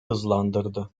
hızlandırdı